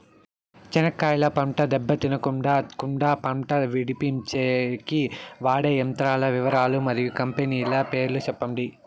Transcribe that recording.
చెనక్కాయ పంట దెబ్బ తినకుండా కుండా పంట విడిపించేకి వాడే యంత్రాల వివరాలు మరియు కంపెనీల పేర్లు చెప్పండి?